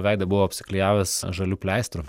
veidą buvau apklijavęs žaliu pleistru